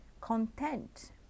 content